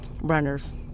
runners